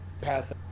path